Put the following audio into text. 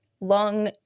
long